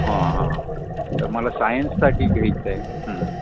हां हां तर मला सायन्ससाठी घ्यायचं आहे